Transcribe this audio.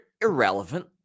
irrelevant